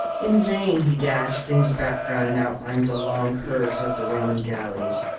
in vain he dashed in his background and outlined the long curves of the roman galleys.